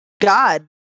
god